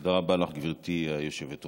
תודה רבה לך, גברתי היושבת-ראש.